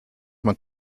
man